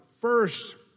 first